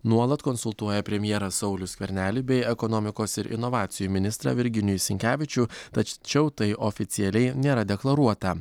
nuolat konsultuoja premjerą saulių skvernelį bei ekonomikos ir inovacijų ministrą virginijų sinkevičių tačiau tai oficialiai nėra deklaruota